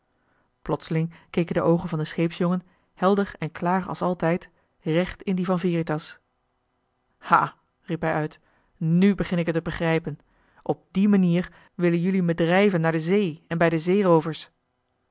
plotseling keken de oogen van den scheepsjongen helder en klaar als altijd recht in die van veritas ha riep hij uit nu begin ik het te begrijpen op die manier willen jelui me drijven naar de zee en bij de zeeroovers